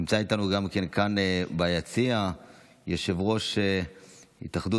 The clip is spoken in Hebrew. נמצא איתנו גם כאן ביציע יושב-ראש התאחדות